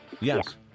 Yes